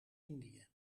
indië